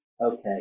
Okay